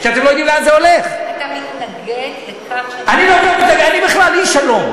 אתה מתנגד לכך, החטיבה להתיישבות,